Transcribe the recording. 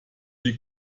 die